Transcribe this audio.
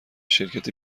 شرکت